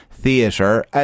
Theatre